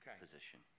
position